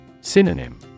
Synonym